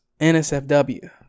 NSFW